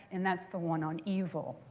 and that's the one on evil,